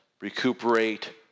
recuperate